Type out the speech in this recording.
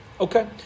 okay